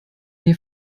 hier